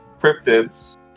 cryptids